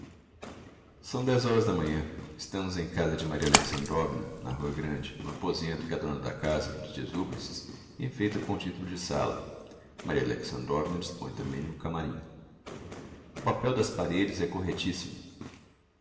são dez horas da manhã estamos em casa de maria alexandrovna na rua grande no aposento que a dona da casa nos dias duplices enfeita com o titulo de sala maria alexandrovna dispõe tambem de um camarim o papel das paredes é correctissimo